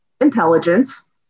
intelligence